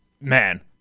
Man